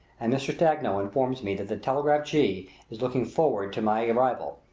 and mr. stagno informs me that the telegraph-jee is looking forward to my arrival,